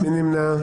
מי נמנע?